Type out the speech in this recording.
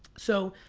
so,